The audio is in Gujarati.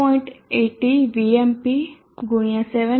18 Vmp ગુણ્યા 7